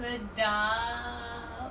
sedap